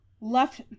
left